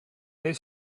his